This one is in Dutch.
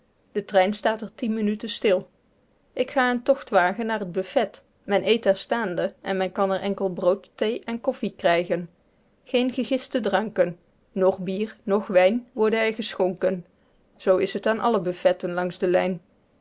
de trein staat er tien minuten stil ik ga een tocht wagen naar het buffet men eet er staande en men kan er enkel brood thee en koffie krijgen geen gegiste dranken noch bier noch wijn worden er geschonken zoo is het aan alle buffetten langs de lijn